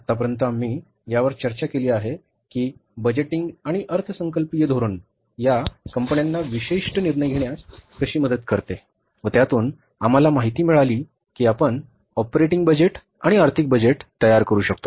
आत्तापर्यंत आम्ही यावर चर्चा केली आहे की बजेटिंग आणि अर्थसंकल्पीय धोरण या कंपन्यांना विशिष्ट निर्णय घेण्यास कशी मदत करते व त्यातून आम्हाला माहिती मिळाली की आपण ऑपरेटिंग बजेट आणि आर्थिक बजेट तयार करू शकतो